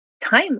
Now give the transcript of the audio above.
time